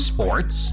Sports